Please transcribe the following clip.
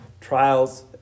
trials